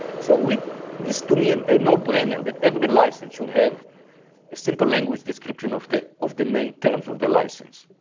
so this to me, and a no-brainer, that every license should have a simple language description of the of the main terms of the license.